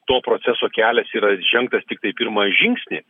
to proceso kelias yra žengtas tiktai pirmą žingsnį